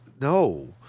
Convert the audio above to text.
no